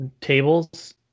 tables